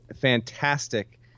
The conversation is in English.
fantastic